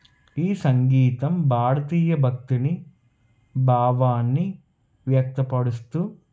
ఈ సంగీతం భారతీయ భక్తిని భావాన్ని వ్యక్తపడుస్తూ